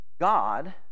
God